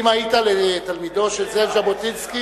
אם היית תלמידו של זאב ז'בוטינסקי,